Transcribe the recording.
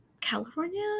California